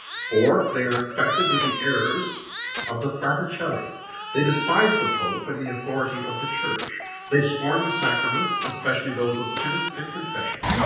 four. they are infected with the errors of the fratecelli they despise the pope and the authority of the church they scorn the sacraments, especially those of penance and confession.